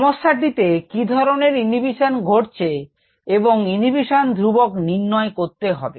সমস্যাটিতে কি ধরনের ইনহিবিশন ঘটছে এবং ইনহিবিশন ধ্রুবক নির্ণয় করতে হবে